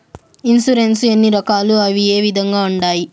insurance ఎన్ని రకాలు అవి ఏ విధంగా ఉండాయి